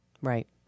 right